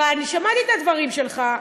אני שמעתי את הדברים שלך,